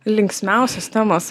linksmiausios temos